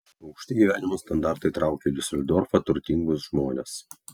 aukšti gyvenimo standartai traukia į diuseldorfą turtingus žmones